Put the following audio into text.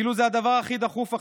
כאילו זה הדבר הכי חשוב עכשיו,